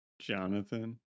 Jonathan